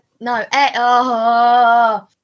No